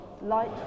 light